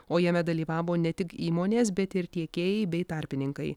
o jame dalyvavo ne tik įmonės bet ir tiekėjai bei tarpininkai